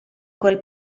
quel